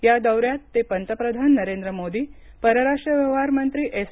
या दौऱ्यात ते पंतप्रधान नरेंद्र मोदी परराष्ट्र व्यवहार मंत्री एस